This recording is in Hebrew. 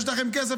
יש לכם כסף,